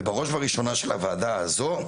ובראש ובראשונה של הוועדה הזו,